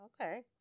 Okay